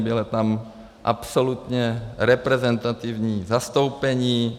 Bylo tam absolutně reprezentativní zastoupení.